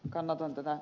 kannatan ed